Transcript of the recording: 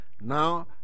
Now